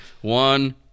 one